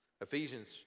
Ephesians